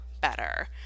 better